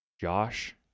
Josh